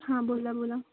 हां बोला बोला